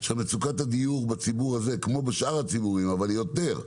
שמצוקת הדיור בציבור הזה כמו בשאר הציבורים אבל יותר,